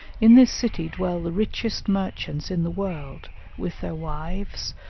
in this city dwell the richest merchants in the world with their wives,